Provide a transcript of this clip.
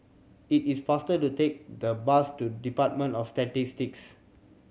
it is faster to take the bus to Department of Statistics